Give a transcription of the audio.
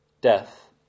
death